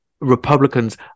republicans